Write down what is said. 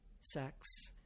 sex